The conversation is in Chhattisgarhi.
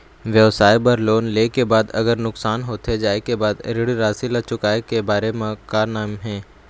व्यवसाय बर लोन ले के बाद अगर नुकसान होथे जाय के बाद ऋण राशि ला चुकाए के बारे म का नेम हे?